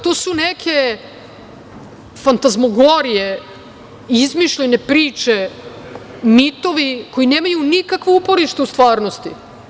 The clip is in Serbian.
To su neke fantazmogorije, izmišljene priče, mitovi koji nemaju nikakvo uporište u stvarnosti.